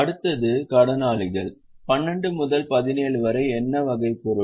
அடுத்தது கடனாளிகள் 12 முதல் 17 வரை என்ன வகை பொருள்